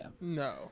No